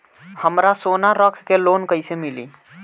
हमरा सोना रख के लोन कईसे मिली?